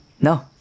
No